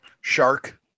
Shark